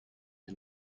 and